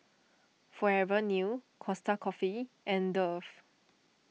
Forever New Costa Coffee and Dove